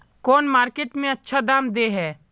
कौन मार्केट में अच्छा दाम दे है?